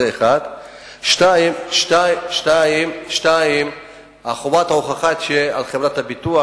2. חובת ההוכחה על חברת הביטוח,